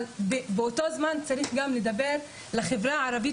אבל באותו זמן צריך גם לדבר לחברה הערבית